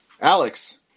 Alex